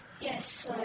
Yes